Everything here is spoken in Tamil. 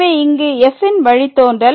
எனவே இங்கு இன் வழித்தோன்றல்